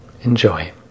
enjoy